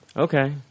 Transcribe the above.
Okay